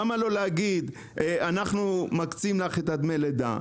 למה לא להגיד: אנחנו מקצים לך דמי לידה,